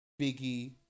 Biggie